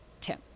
Tim